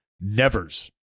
nevers